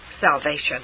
salvation